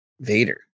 Vader